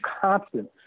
constant